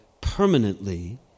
permanently